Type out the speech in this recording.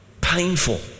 Painful